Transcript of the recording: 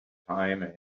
time